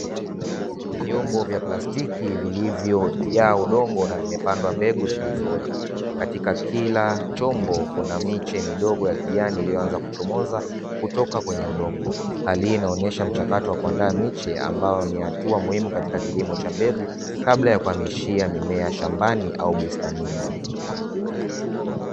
Vyombo vya plastiki vilivyojaa udongo na vimepandwa mbegu zilizoota. Katika kila chombo kuna miche midogo ya kijani, iliyoanza kuchomoza kutoka kwenye udongo. Hali hii inaonesha mchakato wa kuandaa miche, ambayo ni hatua muhimu katika kilimo cha mbegu, kabla ya kuhamishia mimea shambani au bustanini.